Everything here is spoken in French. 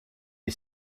est